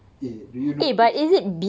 eh do you notice